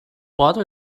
water